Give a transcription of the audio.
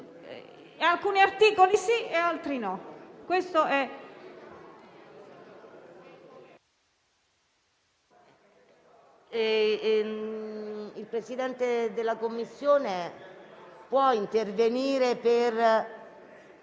alcuni articoli e per altri no.